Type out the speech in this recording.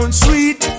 sweet